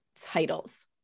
titles